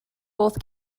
both